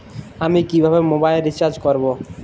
আমি কিভাবে mobile recharge করব?